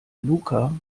luca